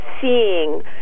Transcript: seeing